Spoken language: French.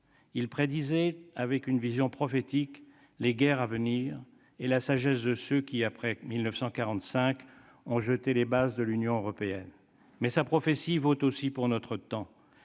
Il prédisait alors les guerres à venir et la sagesse de ceux qui, après 1945, ont jeté les bases de l'Union européenne. Sa prophétie vaut aussi pour notre temps